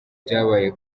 byabaye